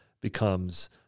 becomes